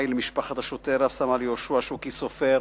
למשפחת השוטר רב-סמל יהושע שוקי סופר,